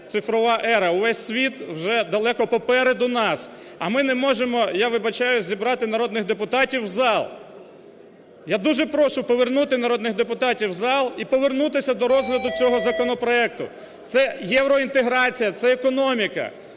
цифрова ера, увесь світ вже далеко попереду нас, а ми не можемо, я вибачаюсь, зібрати народних депутатів в зал! Я дуже прошу повернути народних депутатів в зал і повернутися до розгляду цього законопроекту. Це євроінтеграція, це економіка!